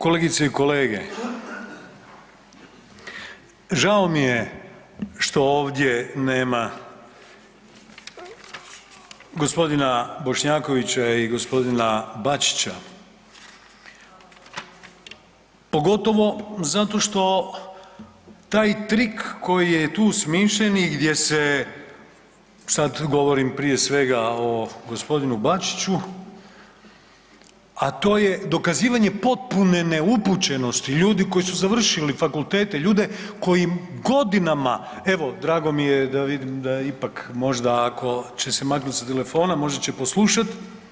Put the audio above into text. Kolegice i kolege, žao mi je što ovdje nema gospodina Bošnjakovića i gospodina Bačića, pogotovo zato što taj trik koji je tu smišljen i gdje se sad govorim prije svega o gospodinu Bačiću, a to je dokazivanje potpune neupućenosti ljudi koji završili fakultete, ljude koji godinama, evo drago mi je da vidim da ipak možda ako će se maknuti sa telefona možda će poslušat.